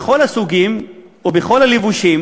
מכל הסוגים ובכל הלבושים,